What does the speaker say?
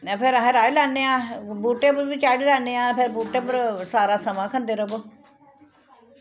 फिर अस राही लैन्ने आं बूह्टै पर बी चाढ़ी लैन्ने आं फिर बूह्टै पर सारा समां खंदे र'वौ